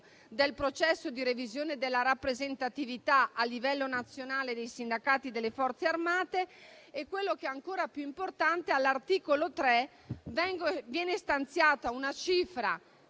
del processo di revisione della rappresentatività a livello nazionale dei sindacati delle Forze armate. Quello che è ancora più importante è che all'articolo 3 viene stanziata una cifra